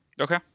Okay